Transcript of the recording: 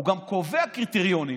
הוא גם קובע קריטריונים